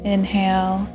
Inhale